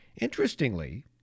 Interestingly